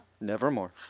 Nevermore